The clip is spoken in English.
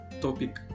topic